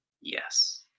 Yes